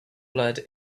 blood